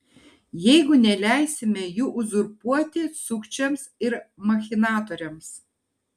jeigu neleisime jų uzurpuoti sukčiams ir machinatoriams